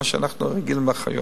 מה שאנחנו רגילים אצל אחיות,